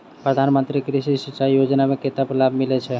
प्रधान मंत्री कृषि सिंचाई योजना मे कतेक लाभ मिलय छै?